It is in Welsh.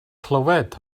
clywed